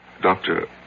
Doctor